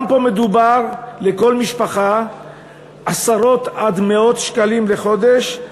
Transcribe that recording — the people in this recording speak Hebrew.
גם פה מדובר בעשרות עד מאות שקלים לחודש לכל משפחה,